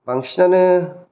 बांसिनानो